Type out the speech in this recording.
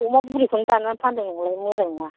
अमा बुरिखौ दाननानै फानदों नोंलाय मोजां नङा